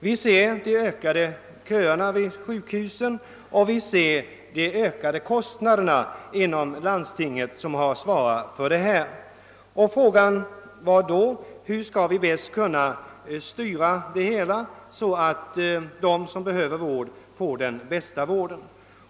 Vi ser de ökade köerna vid sjukhusen och vi ser de ökade kostnaderna inom landstingen, som har att svara för denna vård. Frågan har under de tidigare diskussionerna varit: Hur skall vi bäst kunna styra det hela, så att de som behöver vård får den bästa vården?